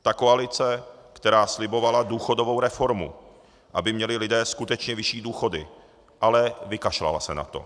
Ta koalice, která slibovala důchodovou reformu, aby měli lidé skutečně vyšší důchody, ale vykašlala se na to.